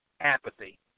apathy